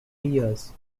years